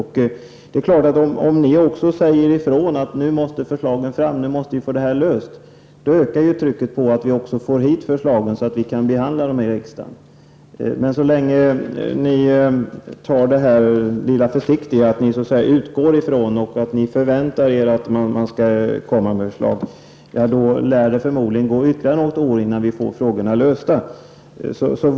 Om ni trycker på och säger att förslagen måste komma fram så att frågorna kan lösas, då ökar trycket på regeringskansliet att lägga fram förslag för riksdagens behandling. Men så länge som ni är försiktiga och säger att ni utgår från eller förväntar er att förslag skall komma från regeringen, då lär det förmodligen dröja ytterligare något år innan dessa frågor kan lösas.